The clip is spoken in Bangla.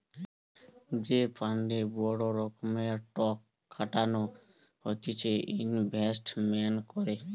যে ফান্ডে বড় রকমের টক খাটানো হতিছে ইনভেস্টমেন্ট করে